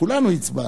כולנו הצבענו.